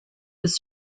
this